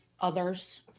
others